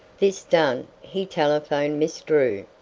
this done, he telephoned miss drew.